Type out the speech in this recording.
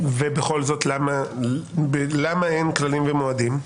ובכל זאת למה אין כללים ומועדים?